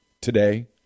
today